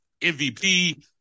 MVP